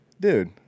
Dude